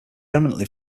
eminently